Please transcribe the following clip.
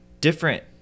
different